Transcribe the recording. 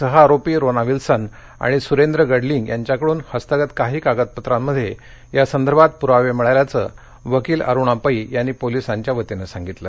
सह आरोपी Rona Wilson आणि सुरेंद्र गडलिंग यांच्याकडून हस्तगत काही कागदपत्रांमध्ये यासंदर्भात पुरावे मिळाल्याचं वकील अरुणा पै यांनी पोलिसांच्या वतीनं सांगितलं